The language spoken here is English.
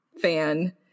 fan